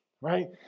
right